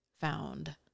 found